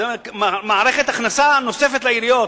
זאת מערכת הכנסה נוספת לעיריות